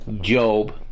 Job